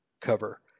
cover